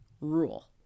rule